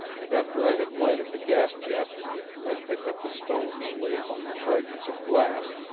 and after i had lighted the gas-jet i picked up the stone that lay among the fragments of glass,